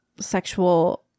sexual